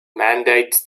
mandates